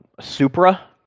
Supra